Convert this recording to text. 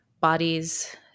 bodies